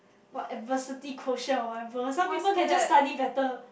what adversity quotient or whatever some people can just study better